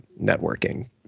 networking